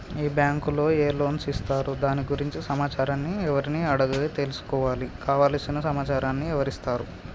ఈ బ్యాంకులో ఏ లోన్స్ ఇస్తారు దాని గురించి సమాచారాన్ని ఎవరిని అడిగి తెలుసుకోవాలి? కావలసిన సమాచారాన్ని ఎవరిస్తారు?